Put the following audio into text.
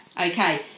Okay